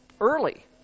early